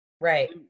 Right